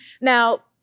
Now